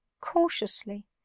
cautiously